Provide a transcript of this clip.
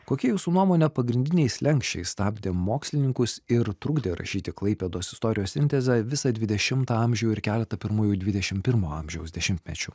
kokie jūsų nuomone pagrindiniai slenksčiai stabdė mokslininkus ir trukdė rašyti klaipėdos istorijos sintezę visą dvidešimtą amžių ir keletą pirmųjų dvidešim pirmo amžiaus dešimtmečių